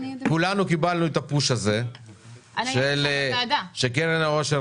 כולנו קיבלנו את הפוש הזה שמסתבר שקרן העושר